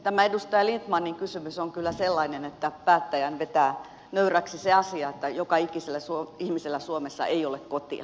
tämä edustaja lindtmanin kysymys on kyllä sellainen että päättäjän vetää nöyräksi se asia että joka ikisellä ihmisellä suomessa ei ole kotia